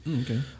okay